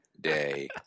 day